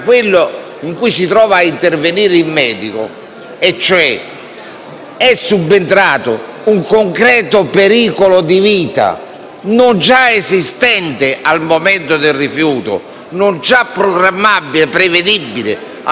è subentrato un concreto pericolo di vita non già esistente al momento del rifiuto, quindi non già programmabile, prevedibile al momento del rifiuto, come deve operare il medico?